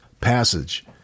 passage